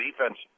defense